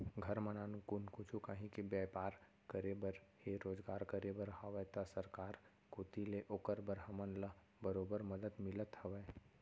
घर म नानमुन कुछु काहीं के बैपार करे बर हे रोजगार करे बर हावय त सरकार कोती ले ओकर बर हमन ल बरोबर मदद मिलत हवय